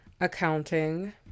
accounting